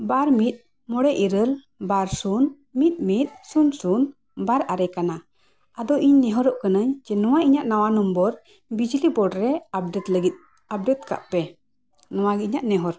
ᱵᱟᱨ ᱢᱤᱫ ᱢᱚᱬᱮ ᱤᱨᱟᱹᱞ ᱵᱟᱨ ᱥᱩᱱ ᱢᱤᱫ ᱢᱤᱫ ᱥᱩᱱ ᱥᱩᱱ ᱵᱟᱨ ᱟᱨᱮ ᱠᱟᱱᱟ ᱟᱫᱚ ᱤᱧ ᱱᱮᱦᱚᱨᱚᱜ ᱠᱟᱱᱟᱹᱧ ᱡᱮ ᱱᱚᱣᱟ ᱤᱧᱟᱹᱜ ᱱᱟᱣᱟ ᱱᱚᱢᱵᱚᱨ ᱵᱤᱡᱽᱞᱤ ᱵᱳᱨᱰ ᱨᱮ ᱟᱯᱰᱮᱴ ᱞᱟᱹᱜᱤᱫ ᱟᱯᱰᱮᱴ ᱠᱟᱜ ᱯᱮ ᱱᱚᱣᱟ ᱜᱮ ᱤᱧᱟᱹᱜ ᱱᱮᱦᱚᱨ